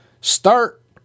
start